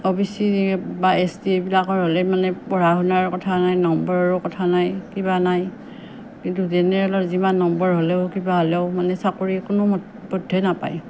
অ' B C বা S T এইবিলাকৰ হ'লে মানে পঢ়া শুনাৰ কথা নাই নম্বৰৰ কথা নাই কিবা নাই কিন্তু জেনেৰেলৰ যিমান নম্বৰ হ'লেও কিবা হ'লেও মানে চাকৰি কোনোপধ্যে নাপায়